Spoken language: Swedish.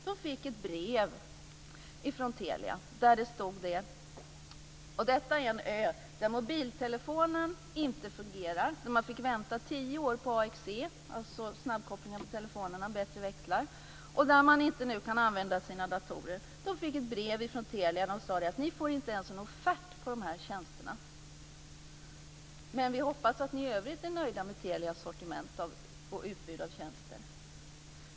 De fick ett brev från Telia - och detta är en ö där mobiltelefoner inte fungerar, där man fick vänta i tio år på AXE, alltså snabbkoppling av telefoner och bättre växlar, och där man inte nu kan använda sina datorer - där det stod: Ni får inte ens en offert på de här tjänsterna. Men vi hoppas att ni i övrigt är nöjda med Telias sortiment och utbud av tjänster.